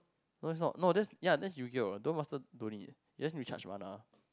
no it's not no that's ya that's Yu-Gi-Oh Duel-Master don't need you just need to charge mana